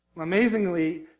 Amazingly